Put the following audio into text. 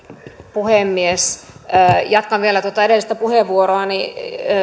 puhemies jatkan vielä tuota edellistä puheenvuoroani